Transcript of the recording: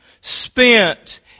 spent